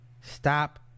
Stop